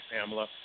Pamela